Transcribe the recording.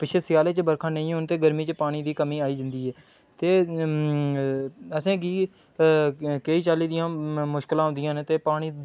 पिच्छें स्यालै च बरखां नेईं होन ते गर्मी च पानी दी कमी आई जंदी ऐ ते अ'सें गी केईं चाल्ली दियां म मुश्कलां औंदियां न ते पानी